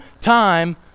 time